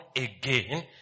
again